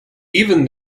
even